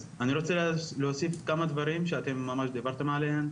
אני רוצה להוסיף כמה דברים שאתם דיברתם עליהם,